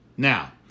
Now